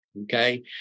Okay